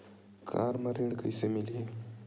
Car म ऋण कइसे मिलही?